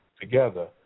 together